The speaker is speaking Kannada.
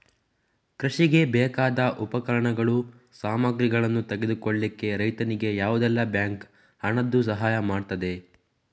ಕೃಷಿಗೆ ಬೇಕಾದ ಉಪಕರಣಗಳು, ಸಾಮಗ್ರಿಗಳನ್ನು ತೆಗೆದುಕೊಳ್ಳಿಕ್ಕೆ ರೈತನಿಗೆ ಯಾವುದೆಲ್ಲ ಬ್ಯಾಂಕ್ ಹಣದ್ದು ಸಹಾಯ ಮಾಡ್ತದೆ?